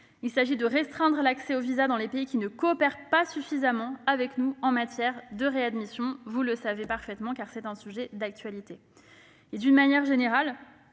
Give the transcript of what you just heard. il s'agit de restreindre l'accès aux visas dans les pays qui ne coopèrent pas suffisamment avec nous en matière de réadmission. Vous le savez, c'est un sujet d'actualité. D'une manière générale,